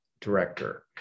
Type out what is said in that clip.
director